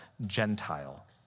Gentile